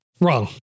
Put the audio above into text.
wrong